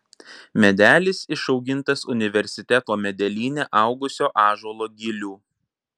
medelis išaugintas universiteto medelyne augusio ąžuolo gilių